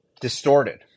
distorted